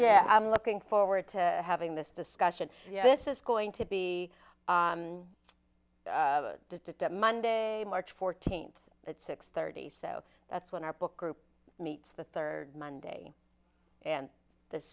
yeah i'm looking forward to having this discussion yeah this is going to be monday march fourteenth it's six thirty so that's when our book group meets the third monday and this